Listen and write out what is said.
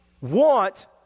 want